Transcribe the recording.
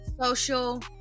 social